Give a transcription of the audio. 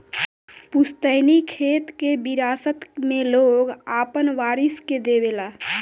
पुस्तैनी खेत के विरासत मे लोग आपन वारिस के देवे ला